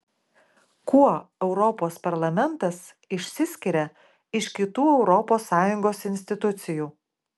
kuo europos parlamentas išsiskiria iš kitų europos sąjungos institucijų